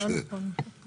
זה לא נכון לעשות כך.